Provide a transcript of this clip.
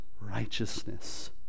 righteousness